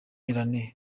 rurangira